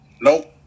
Nope